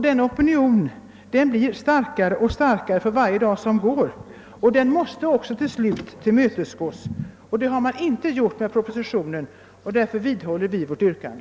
Denna opinion blir starkare och starkare för var dag som går, och den måste till slut tillmötesgås. Så har inte skett i propositionen i detta ärende, och vi vidhåller därför vårt yrkande.